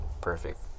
Perfect